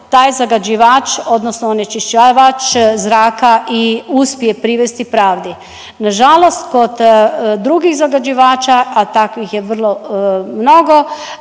taj zagađivač odnosno onečišćivač zraka i uspije privesti pravdi. Nažalost kod drugih zagađivača, a takvih je vrlo mnogo